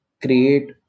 create